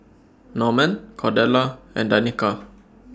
Norman Cordella and Danika